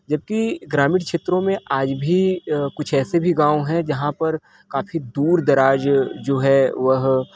जब की ग्रामीण क्षेत्रों में आज भी कुछ ऐसे भी गाँव है जहाँ पर काफी दूर दराज जो है वह